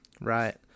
Right